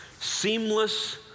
seamless